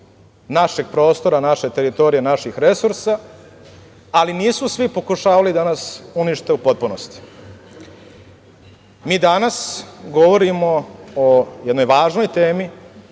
našeg prostora, naše teritorije, naših resursa, ali nisu svi pokušavali da nas unište u potpunosti. Mi danas govorimo o jednoj važnoj temi,